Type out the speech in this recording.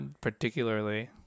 particularly